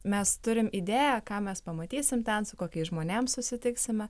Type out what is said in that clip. mes turim idėją ką mes pamatysim ten su kokiais žmonėm susitiksime